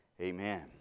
amen